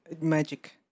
Magic